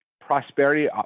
prosperity